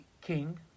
king